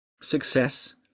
success